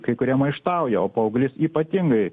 kai kurie maištauja o paauglys ypatingai